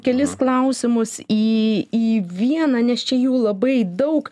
kelis klausimus į į vieną nes čia jų labai daug